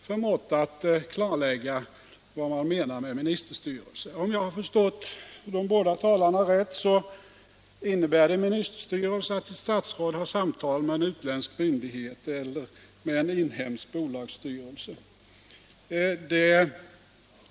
förmått att klarlägga vad de menar med ministerstyrelse. Om jag förstått de båda talarna rätt, så innebär ministerstyrelse att ett statsråd har samtal med en utländsk myndighet eller med en inhemsk bolagsstyrelse.